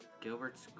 Gilbert's